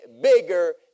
bigger